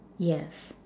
yes